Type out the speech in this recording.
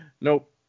Nope